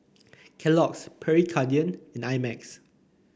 Kellogg's Pierre Cardin and I Max